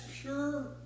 pure